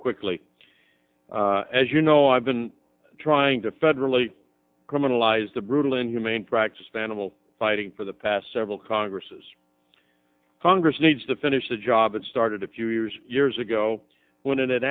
quickly as you know i've been trying to federally criminalize the brutal inhumane practices animal fighting for the past several congresses congress needs to finish the job it started a few years years ago when it